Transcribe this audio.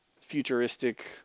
futuristic